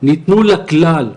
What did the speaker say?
ניתנו לכלל,